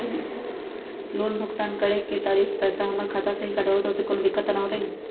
Loan भुगतान करे के खातिर पैसा हमर खाता में से ही काटबहु त ओसे कौनो दिक्कत त न होई न?